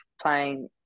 playing